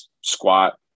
squat